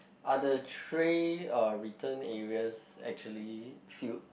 are the tray uh return areas actually filled